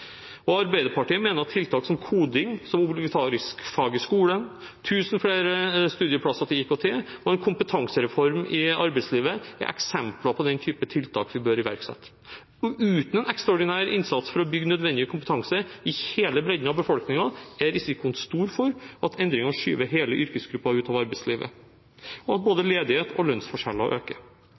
seg. Arbeiderpartiet mener tiltak som koding som obligatorisk fag i skolen, 1 000 flere studieplasser innen IKT og en kompetansereform i arbeidslivet er eksempler på den type tiltak vi bør iverksette. Uten en ekstraordinær innsats for å bygge nødvendig kompetanse i hele bredden av befolkningen er risikoen stor for at endringene skyver hele yrkesgrupper ut av arbeidslivet, og at både ledighet og lønnsforskjeller øker.